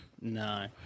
No